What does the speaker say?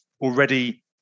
already